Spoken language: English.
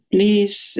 Please